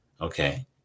okay